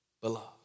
Beloved